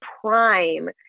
prime